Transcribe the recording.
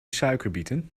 suikerbieten